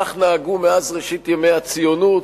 כך נהגו מאז ראשית ימי הציונות.